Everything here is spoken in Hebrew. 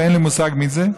ואין לי מושג מי זה,